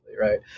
right